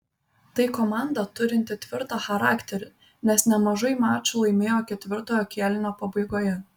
tai komanda turinti tvirtą charakterį nes nemažai mačų laimėjo ketvirtojo kėlinio pabaigoje